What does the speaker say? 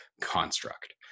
construct